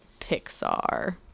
pixar